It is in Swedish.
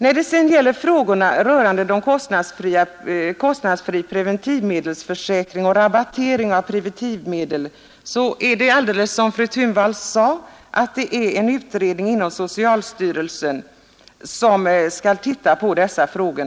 När det sedan gäller frågorna rörande kostnadsfri preventivmedelsanskaffning och rabattering av preventivmedel så pågår, som fru Thunvall sade, en utredning inom socialstyrelsen som har att se över dessa frågor.